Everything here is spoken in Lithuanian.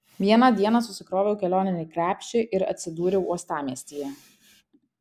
vieną dieną susikroviau kelioninį krepšį ir atsidūriau uostamiestyje